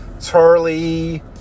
Charlie